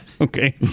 Okay